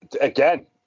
Again